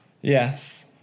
Yes